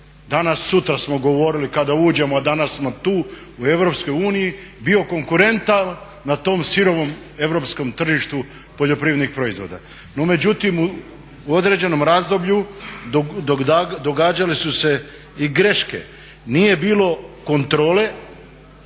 danas sutra smo govorili kada uđemo, a danas smo tu, u EU bio konkurentan na tom sirovom europskom tržištu poljoprivrednih proizvoda. No međutim, u određenom razdoblju događale su se i greške. Nije bilo kontrole